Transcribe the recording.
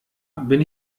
bin